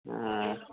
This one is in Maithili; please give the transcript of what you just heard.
हँ